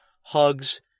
Hugs